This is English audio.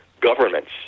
governments